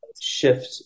shift